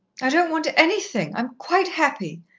i don't want anything i'm quite happy,